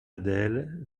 adèle